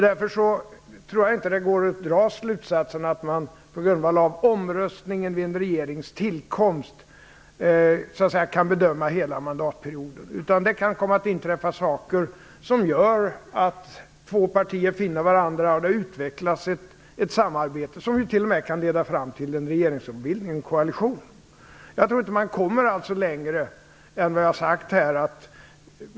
Därför tror jag inte att det går att dra slutsatsen att man på grundval av omröstningen vid en regerings tillkomst kan bedöma hela mandatperioden. Det kan komma att inträffa saker som gör att två partier finner varandra och det utvecklas ett samarbete som t.o.m. kan leda fram till regeringsombildning och koalition. Jag tror inte att man kommer längre än vad jag här har sagt.